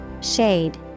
Shade